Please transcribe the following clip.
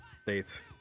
states